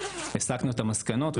הסקנו את המסקנות.